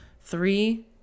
Three